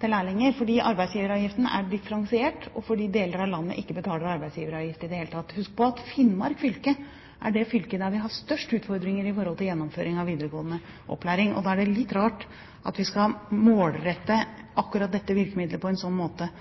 til lærlinger, fordi arbeidsgiveravgiften er differensiert, og fordi deler av landet ikke betaler arbeidsgiveravgift i det hele tatt. Husk på at Finnmark fylke er det fylket der vi har størst utfordringer når det gjelder gjennomføring av videregående opplæring. Da er det litt rart at vi skal målrette akkurat dette virkemidlet på en sånn måte